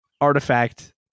artifact